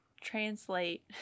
translate